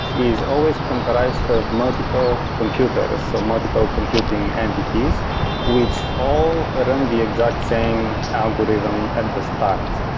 is always comprised of multiple computers, so multiple computing entities which all around the exact same algorithm at the start.